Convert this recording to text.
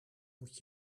moet